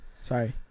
Sorry